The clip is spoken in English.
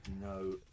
no